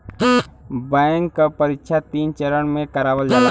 bank क परीक्षा तीन चरण में करावल जाला